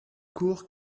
court